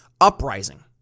Uprising